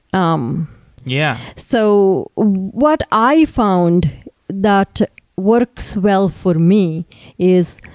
um yeah. so what i found that works well for me is